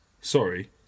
Sorry